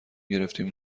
گرفتیم